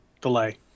delay